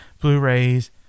Blu-rays